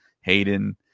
Hayden